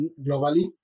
globally